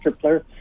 player